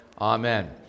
amen